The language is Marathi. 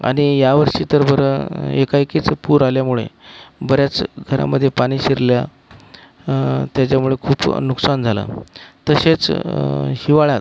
आणि यावर्षी तर बरं एकाएकीच पूर आल्यामुळे बऱ्याच घरांमधे पाणी शिरलं त्याच्यामुळे खूप नुकसान झालं तसेच हिवाळ्यात